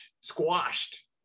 squashed